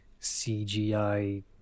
CGI